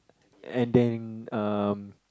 and then um